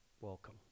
welcome